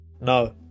no